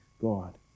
God